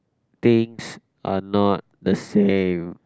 things are not the same